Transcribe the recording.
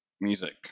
music